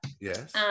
Yes